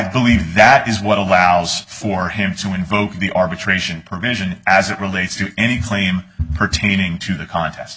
believe that is what allows for him to invoke the arbitration provision as it relates to any claim pertaining to the contest